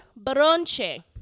bronche